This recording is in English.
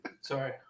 sorry